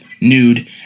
nude